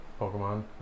Pokemon